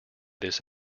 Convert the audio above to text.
this